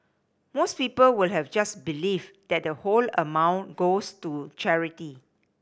most people would have just believed that the whole amount goes to charity